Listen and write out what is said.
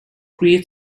create